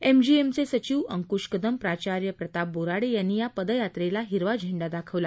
एमजीएमचे सचिव अंकुश कदम प्राचार्य प्रताप बोराडे यांनी या पदयात्रेला हिरवा झेंडा दाखवला